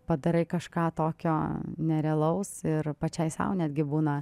padarai kažką tokio nerealaus ir pačiai sau netgi būna